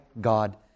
God